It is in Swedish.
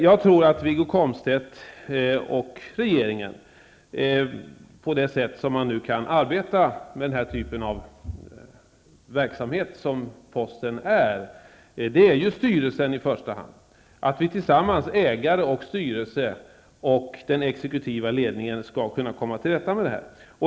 Jag tror att Wiggo Komstedt och regeringen kan arbeta tillsammans -- på det sätt man nu kan arbeta med den typ av verksamhet som posten utgör, där det i första hand är styrelsen som har att fatta avgöranden -- och att ägare, styrelse och den exekutiva ledningen skall komma till rätta med detta.